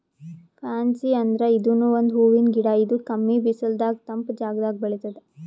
fancy ಅಂದ್ರ ಇದೂನು ಒಂದ್ ಹೂವಿನ್ ಗಿಡ ಇದು ಕಮ್ಮಿ ಬಿಸಲದಾಗ್ ತಂಪ್ ಜಾಗದಾಗ್ ಬೆಳಿತದ್